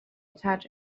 attach